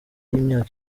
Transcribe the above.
y’imyaka